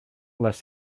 les